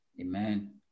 Amen